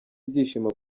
ibyishimo